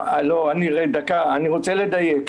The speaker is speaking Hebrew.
אני רוצה לדייק.